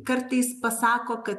kartais pasako kad